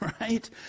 Right